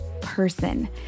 person